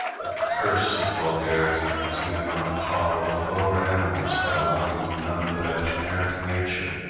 the curse of vulgarity puts men on a par with the lower animals, by allowing them none but a generic nature,